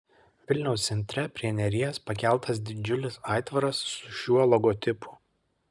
vilniaus centre prie neries pakeltas didžiulis aitvaras su šiuo logotipu